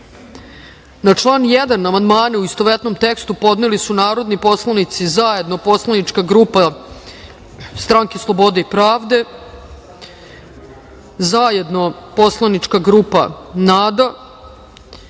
član 1. amandmane, u istovetnom tekstu, podneli su narodni poslanici zajedno poslaničke grupe Stranke slobode i pravde, zajedno poslaničke grupe